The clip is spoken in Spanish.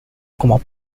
como